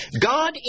God